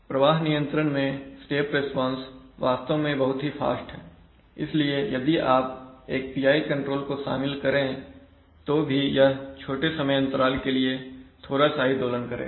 प्रवाह नियंत्रण में स्टेप रिस्पांस वास्तव में बहुत फास्ट है इसलिए यदि आप एक PI कंट्रोल को शामिल करें तो भी यह छोटे समय अंतराल के लिए थोड़ा सा ही दोलन करेगा